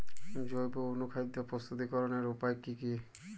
জৈব অনুখাদ্য প্রস্তুতিকরনের উপায় কী কী?